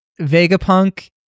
vegapunk